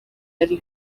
yari